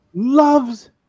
Love's